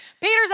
Peter's